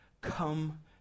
come